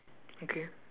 okay